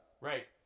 Right